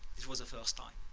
it was the first time.